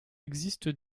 existe